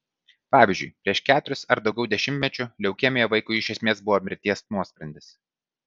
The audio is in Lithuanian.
pavyzdžiui prieš keturis ar daugiau dešimtmečių leukemija vaikui iš esmės buvo mirties nuosprendis